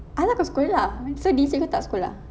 ah lah kau sekolah so this week kau tak sekolah